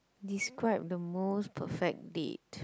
describe the most perfect date